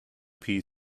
three